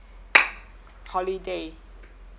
holiday